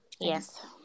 yes